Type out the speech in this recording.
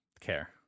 care